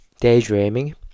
daydreaming